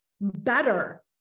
better